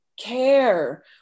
care